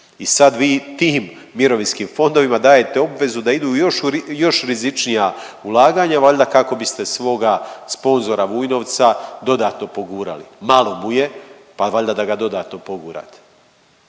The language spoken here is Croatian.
I sad vi tim mirovinskim fondovima dajete obvezu da idu u još rizičnija ulaganja valjda kako biste svoga sponzora Vujnovca dodatno pogurali. Malo mu je pa valjda da ga dodatno pogurate.